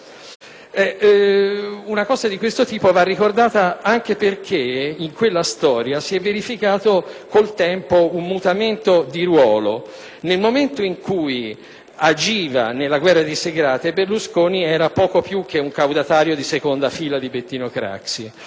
Una cosa di questo tipo va ricordata anche perché in quella storia si è verificato, con il tempo, un mutamento di ruolo. Nel momento in cui agiva nella guerra di Segrate, Berlusconi era poco più che un caudatario di seconda fila di Bettino Craxi: